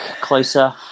closer